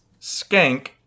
Skank